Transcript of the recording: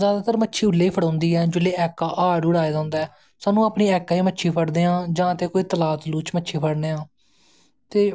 जादातर मच्छी उसलै गै फड़ोंदी ऐ जिसलै हाड़ होऐ आए दा स्हानू ते अपनी ऐका च मच्छी फड़नें आं जां ते तलाऽ तलू मच्छी फड़नें आं ते